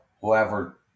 whoever